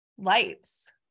lights